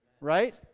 right